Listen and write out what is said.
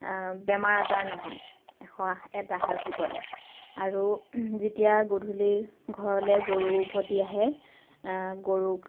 বেমাৰ আজাৰ নহয় এশ এটা শাক বুটলে আৰু যেতিয়া গধূলি ঘৰলৈ গৰু উভতি আহে গৰুক